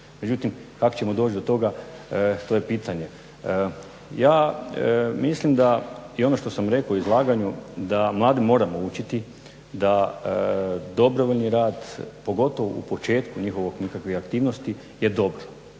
Međutim, kak' ćemo doći do toga to je pitanje. Ja mislim da i ono što sam rekao u izlaganju da mlade moramo učiti da dobrovoljni rad, pogotovo u početku njihovih nekakvih aktivnosti je dobro.